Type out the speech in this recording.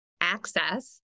access